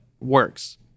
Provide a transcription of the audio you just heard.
works